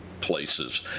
places